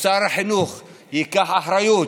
ששר החינוך ייקח אחריות,